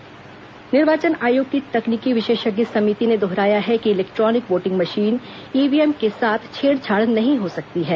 EVM निर्वाचन आयोग की तकनीकी विशेषज्ञ समिति ने दोहराया है कि इलेक्ट्रॉनिक वोटिंग मशीन ईवीएम के साथ छेड़छाड़ नहीं हो सकती है